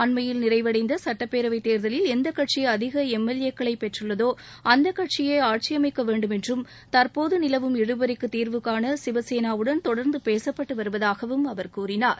அண்மையில் நிறைவடைந்த சட்டப்பேரவை தேர்தலில் எந்தக் கட்சி அதிக எம்எல்ஏக்களை பெற்றுள்ளதோ அந்த கட்சியே ஆட்சியமைக்க வேண்டும் என்றும் தற்போது நிலவும் இழுபறிக்கு தீர்வுனண சிவசேனாவுடன் தொடர்ந்து பேசப்பட்டு வருவதாகவும் அவர் கூறினார்